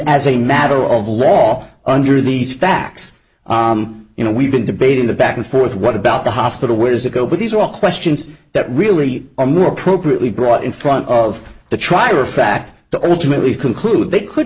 as a matter of law under these facts you know we've been debating the back and forth what about the hospital where does it go but these are all questions that really are more appropriately brought in front of the trier of fact to ultimately conclude they could